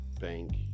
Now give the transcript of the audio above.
bank